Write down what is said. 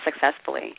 successfully